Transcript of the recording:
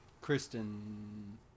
Kristen